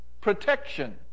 Protection